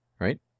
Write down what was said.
Right